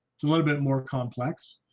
it's a little bit more complex.